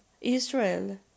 Israel